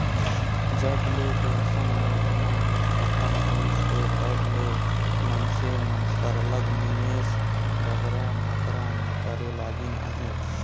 जब ले पेंसन योजना हर खतम होइस हे तब ले मइनसे मन सरलग निवेस बगरा मातरा में करे लगिन अहे